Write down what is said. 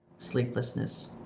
sleeplessness